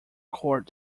court